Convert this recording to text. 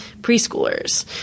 preschoolers